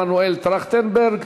מנואל טרכטנברג.